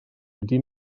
wedi